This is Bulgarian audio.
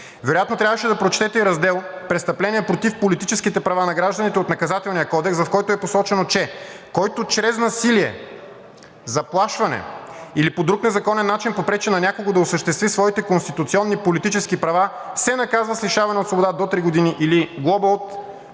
Вероятно трябваше да прочетете и Раздел „Престъпления против политическите права на гражданите“ от Наказателния кодекс, в който е посочено, че, който чрез насилие, заплашване или по друг незаконен начин попречи на някого да осъществи своите конституционни политически права, се наказва с лишаване от свобода до три години или глоба